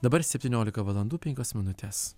dabar septyniolika valandų penkios minutės